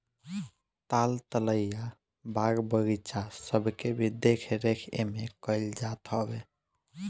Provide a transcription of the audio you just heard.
ताल तलैया, बाग बगीचा सबके भी देख रेख एमे कईल जात हवे